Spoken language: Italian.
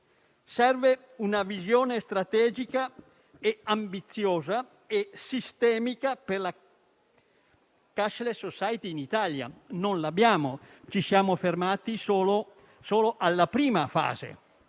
Serve una visione strategica, ambiziosa e sistemica per la *cashless society* in Italia, ma non l'abbiamo; ci siamo fermati solo alla prima fase.